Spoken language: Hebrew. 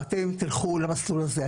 תלכו למסלול הזה.